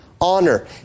honor